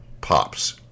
pops